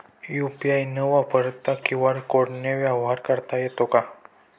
UPI न वापरता QR कोडने व्यवहार करता येतो का?